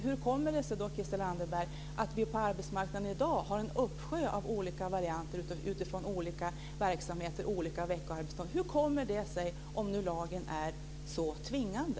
Hur kommer det sig, Christel Anderberg, att vi på arbetsmarknaden i dag har en uppsjö av olika varianter utifrån olika verksamheter och olika veckoarbetstider om lagen är så tvingande?